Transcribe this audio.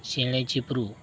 ᱪᱮᱬᱮᱼᱪᱤᱯᱨᱩ